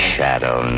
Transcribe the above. Shadow